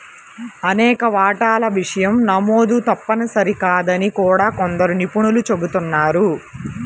అనేక వాటాల విషయం నమోదు తప్పనిసరి కాదని కూడా కొందరు నిపుణులు చెబుతున్నారు